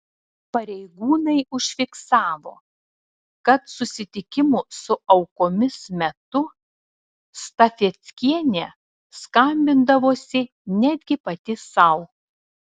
pareigūnai užfiksavo kad susitikimų su aukomis metu stafeckienė skambindavosi netgi pati sau